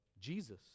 Jesus